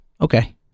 okay